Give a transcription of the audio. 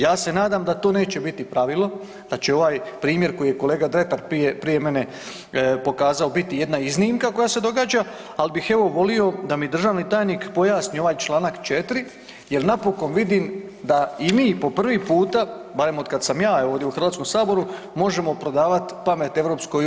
Ja se nadam da to neće biti pravilo, da će ovaj primjer koji je kolega Dretar prije mene pokazao biti jedna iznimka koja se događa, ali bih evo, volio da mi državni tajnik pojasni ovaj čl. 4 jer napokon vidim da i mi po prvi puta, barem otkad sam ja evo, ovdje u HS-u možemo prodavati pamet EU.